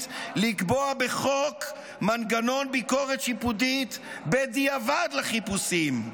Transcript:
לקבוע בחוק מנגנון ביקורת שיפוטית בדיעבד לחיפושים,